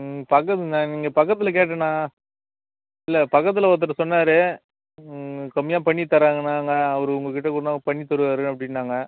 இங்கே பக்கத்தில் நான் இங்கே பக்கத்தில் கேட்டேண்ணா இல்லை பக்கத்தில் ஒருத்தர் சொன்னார் ம் கம்மியாக பண்ணி தருவாங்கண்ணா அவர் உங்கள் கிட்டே சொன்னால் பண்ணி தருவார் அப்படின்னாங்க